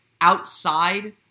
outside